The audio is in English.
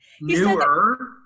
Newer